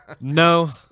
No